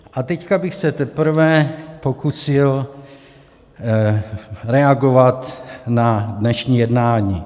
A teď bych se teprve pokusil reagovat na dnešní jednání.